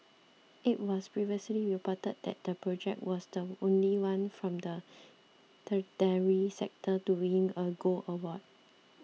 it was previously reported that the project was the only one from the tertiary sector to win a gold award